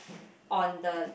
on the